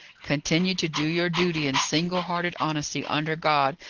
continue to do your duty in single-hearted honesty, under god,